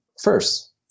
first